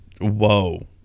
whoa